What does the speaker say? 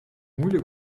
moeilijk